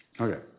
Okay